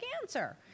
cancer